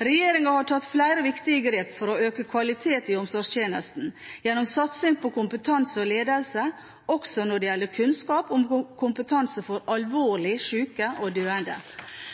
Regjeringen har tatt flere viktige grep for økt kvalitet i omsorgstjenesten gjennom satsing på kompetanse og ledelse, også når det gjelder kunnskap om og kompetanse på alvorlig syke og døende.